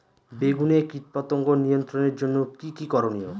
বেগুনে কীটপতঙ্গ নিয়ন্ত্রণের জন্য কি কী করনীয়?